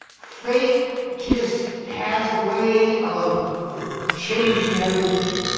fate just has a way of changing everything.